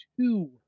two